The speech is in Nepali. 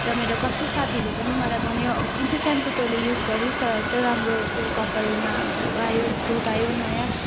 र मेरो कत्ति साथीहरूले पनि मलाई भन्यो कुन चाहिँ सेम्पू तैँले युज गरिस् तँलाई यत्रो राम्रो तेरो कपालमा ग्रो आयो ग्रोथ आयो नयाँ